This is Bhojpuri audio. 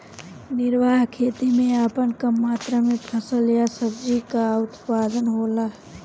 निर्वाह खेती में बहुत कम मात्र में फसल या सब्जी कअ उत्पादन होला